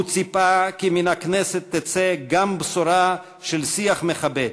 הוא ציפה כי מן הכנסת תצא גם בשורה של שיח מכבד,